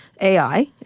AI